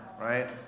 right